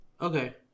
Okay